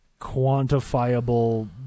quantifiable